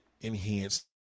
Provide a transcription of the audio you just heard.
enhanced